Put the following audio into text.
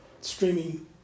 streaming